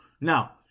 Now